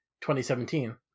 2017